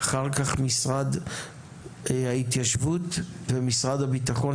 אחר כך משרד ההתיישבות ומשרד הביטחון.